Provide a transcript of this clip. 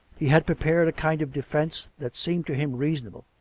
he had prepared a kind of defence that seemed to him reasonable,